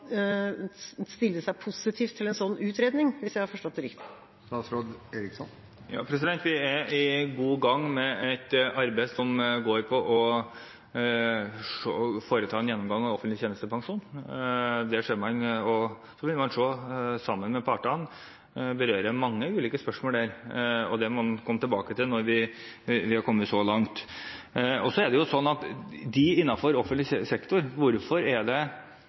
seg positiv til en sånn utredning, hvis jeg har forstått det riktig. Vi er godt i gang med et arbeid som går på å foreta en gjennomgang av offentlig tjenestepensjon. Man vil, sammen med partene, berøre mange ulike spørsmål der, og det må vi komme tilbake til når vi har kommet så langt. Hvorfor er det mange kvinner som taper innenfor offentlig sektor? Jo, det er